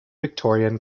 victorian